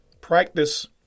practice